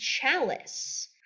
chalice